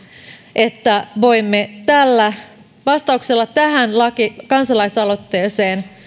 että voimme vastauksella tähän kansalaisaloitteeseen